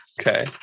Okay